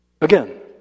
Again